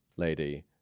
lady